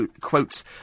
quotes